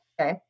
Okay